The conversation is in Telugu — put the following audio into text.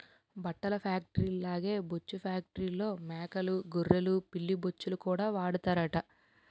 బట్టల ఫేట్రీల్లాగే బొచ్చు ఫేట్రీల్లో మేకలూ గొర్రెలు పిల్లి బొచ్చుకూడా వాడతారట